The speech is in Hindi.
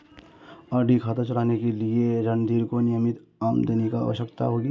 आर.डी खाता चलाने के लिए रणधीर को नियमित आमदनी की आवश्यकता होगी